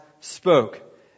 spoke